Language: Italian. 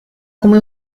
come